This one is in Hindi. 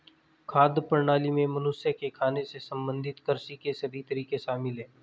खाद्य प्रणाली में मनुष्य के खाने से संबंधित कृषि के सभी तरीके शामिल है